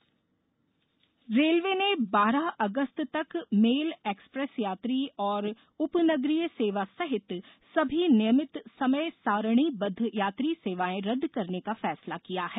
train रदद रेलवे ने बारह अगस्त तक मेल एक्सप्रेस यात्री और उपनगरीय सेवा सहित सभी नियमित समय सारणीबद्व यात्री सेवाएं रद्द करने का फैसला किया है